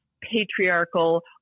patriarchal